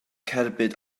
cerbyd